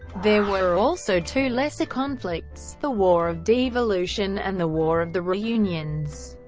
there were also two lesser conflicts the war of devolution and the war of the reunions.